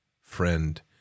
friend